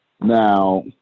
Now